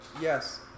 Yes